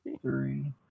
three